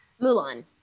Mulan